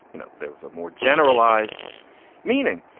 you know, there was a more generalized meaning.